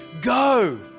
go